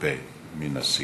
שמצופה מנשיא.